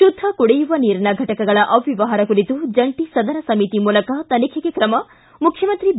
ಶುದ್ದ ಕುಡಿಯುವ ನೀರಿನ ಘಟಕಗಳ ಅವ್ಣವಹಾರ ಕುರಿತು ಜಂಟ ಸದನ ಸಮಿತಿ ಮೂಲಕ ತನಿಖೆಗೆ ಕ್ರಮ ಮುಖ್ಚಮಂತ್ರಿ ಬಿ